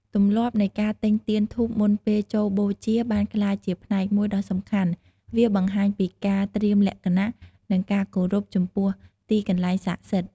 ទម្លាប់នៃការទិញទៀនធូបមុនពេលចូលបូជាបានក្លាយជាផ្នែកមួយដ៏សំខាន់វាបង្ហាញពីការត្រៀមលក្ខណៈ និងការគោរពចំពោះទីកន្លែងសាកសិដ្ឋ។